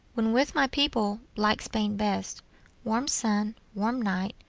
when with my people, like spain best warm sun warm night.